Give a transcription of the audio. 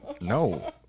No